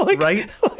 Right